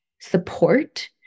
support